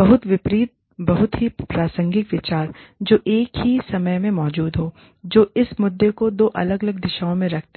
बहुत विपरीत बहुत ही प्रासंगिक विचार जो एक ही समय में मौजूद हैं जो इस मुद्दे को दो अलग अलग दिशाओं में रखते हैं